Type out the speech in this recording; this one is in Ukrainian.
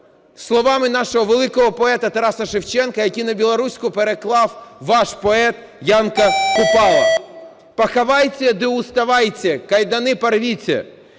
словами нашого великого поета Тараса Шевченка, якого на білоруську переклав ваш поет Янка Купала: "Пахавайте та уставайте, кайданы парвіте!